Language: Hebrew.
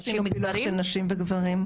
לא עשינו פילוח של נשים וגברים,